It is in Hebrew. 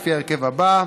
לפי ההרכב הזה: